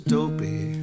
Dopey